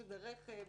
שזה רכב,